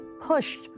pushed